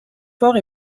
forts